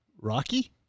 Rocky